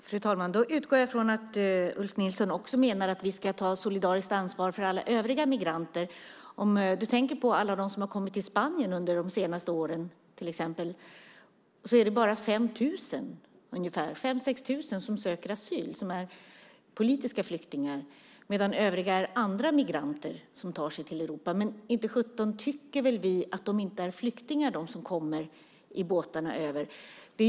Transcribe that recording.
Fru talman! Då utgår jag från att Ulf Nilsson också menar att vi ska ta solidariskt ansvar för övriga migranter. Tänk på alla dem som har kommit till Spanien de senaste åren. Av dem är det bara 5 000-6 000 som har sökt asyl som politiska flyktingar. Övriga är andra typer av migranter som tar sig till Europa. Men inte sjutton tycker vi väl att de som kommer med båtar över Medelhavet inte är att räkna som flyktingar?